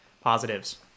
positives